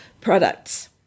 products